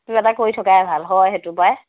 কিবা এটা কৰি থকাই ভাল হয় সেইটো পাই